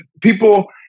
people